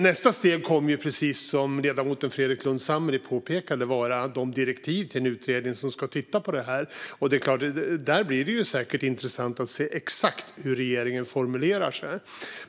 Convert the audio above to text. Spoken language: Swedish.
Nästa steg kommer, precis som ledamoten Fredrik Lundh Sammeli påpekade, att vara direktiven till den utredning som ska titta på det här. Där blir det intressant att se exakt hur regeringen formulerar sig.